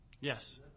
Yes